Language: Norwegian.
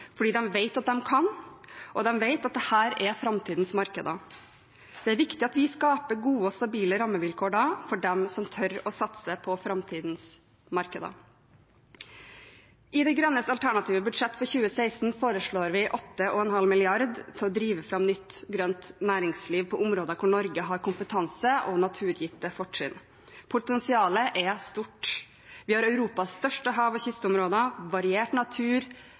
fordi de vet at de kan, og de vet at dette er framtidens markeder. Det er viktig at vi da skaper gode og stabile rammevilkår for dem som tør å satse på framtidens markeder. I De Grønnes alternative budsjett for 2016 foreslo vi 8,5 mrd. kr til å drive fram nytt, grønt næringsliv på områder hvor Norge har kompetanse og naturgitte fortrinn. Potensialet er stort. Vi har Europas største hav- og kystområder, variert natur,